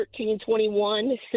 1321